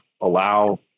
allow